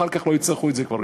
אחר כך לא יצטרכו את זה כבר.